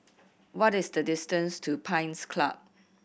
what is the distance to Pines Club